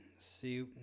see